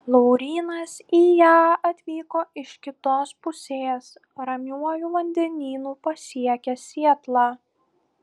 laurynas į ją atvyko iš kitos pusės ramiuoju vandenynu pasiekė sietlą